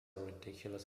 ridiculous